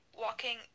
walking